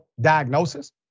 diagnosis